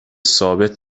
ثابت